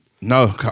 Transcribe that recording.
No